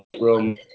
room